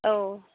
औ